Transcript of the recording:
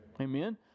Amen